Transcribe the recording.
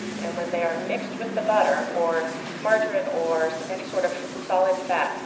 and when they are mixed with the butter, or margarine, or any sort of solid fat,